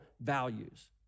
values